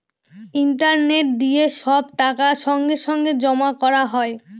internet দিয়ে সব টাকা সঙ্গে সঙ্গে জমা করা হয়